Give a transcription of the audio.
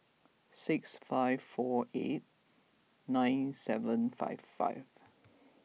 six five four eight nine seven five five